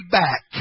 back